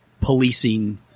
policing